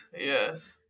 yes